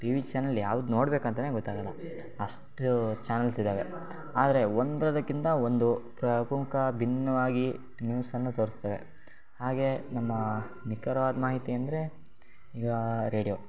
T V channel ಯಾವ್ದು ನೋಡ್ಬೇಕಂತಲೇ ಗೊತ್ತಾಗೋಲ್ಲ ಅಷ್ಟು ಚಾನಲ್ಸ್ ಇದ್ದಾವೆ ಆದರೆ ಒಂದರದಕ್ಕಿಂತ ಒಂದು ಭಿನ್ನವಾಗಿ ನ್ಯೂಸನ್ನು ತೋರಿಸ್ತವೆ ಹಾಗೇ ನಮ್ಮ ನಿಖರವಾದ ಮಾಹಿತಿ ಅಂದರೆ ಈಗ ರೇಡಿಯೋ